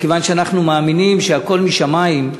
מכיוון שאנחנו מאמינים שהכול משמים,